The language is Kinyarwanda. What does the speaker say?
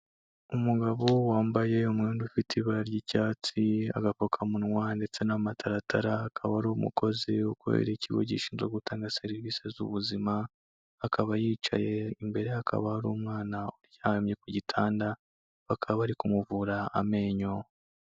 Umugabo wambaye umwenda ufite ibara ry'icyatsi, agapfukamunwa ndetse n'amataratara, akaba ari umukozi, ukorera ikigo gishinzwe gutanga serivisi z'ubuzima, akaba yicaye, imbere hakaba hari umwana uryamye ku gitanda, bakaba bari kumuvura amenyo.